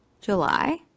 July